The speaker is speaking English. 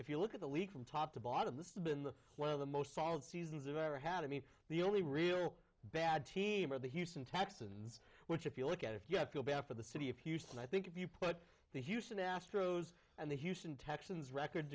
if you look at the league from top to bottom this has been one of the most solid seasons of ever had i mean the only real bad team are the houston texans which if you look at if you have feel bad for the city of houston i think if you put the houston astros and the houston texans record